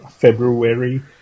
February